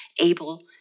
able